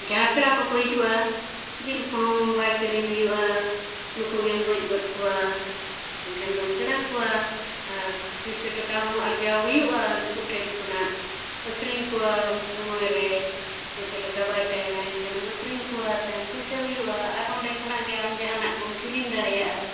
ᱡᱟᱦᱟᱸ ᱯᱮᱲᱟ ᱠᱚᱠᱚ ᱦᱤᱡᱩᱜᱼᱟ ᱡᱤᱞ ᱠᱚᱦᱚᱸ ᱵᱟᱭ ᱠᱤᱨᱤᱧ ᱦᱩᱭᱩᱜᱼᱟ ᱱᱩᱠᱩᱜᱮᱢ ᱜᱚᱡ ᱜᱚᱫ ᱠᱚᱣᱟ ᱮᱱᱠᱷᱟᱱ ᱫᱚᱢ ᱯᱮᱲᱟ ᱠᱚᱣᱟ ᱟᱨ ᱯᱩᱭᱥᱟᱹ ᱴᱟᱠᱟ ᱦᱚᱸ ᱟᱨᱡᱟᱣ ᱦᱩᱭᱩᱜᱼᱟ ᱱᱩᱠᱩ ᱴᱷᱮᱱ ᱠᱷᱚᱱᱟᱜ ᱟᱹᱠᱷᱨᱤᱧ ᱠᱚᱣᱟᱢ ᱥᱚᱢᱚᱭ ᱨᱮ ᱯᱩᱭᱥᱟᱹ ᱴᱟᱠᱟ ᱵᱟᱭ ᱛᱟᱦᱮᱱᱟ ᱮᱱᱠᱷᱟᱱᱮᱢ ᱟᱹᱠᱷᱨᱤᱧ ᱠᱚᱣᱟ ᱛᱟᱭᱚᱢ ᱯᱩᱭᱥᱟᱹ ᱦᱩᱭᱩᱜᱼᱟ ᱟᱨ ᱚᱸᱰᱮ ᱠᱷᱚᱱᱟᱜ ᱜᱮ ᱟᱢ ᱡᱟᱦᱟᱱᱟᱜ ᱠᱚᱢ ᱠᱤᱨᱤᱧ ᱫᱟᱲᱮᱭᱟᱜᱼᱟ